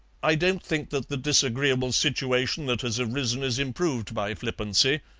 i don't think that the disagreeable situation that has arisen is improved by flippancy,